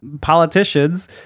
politicians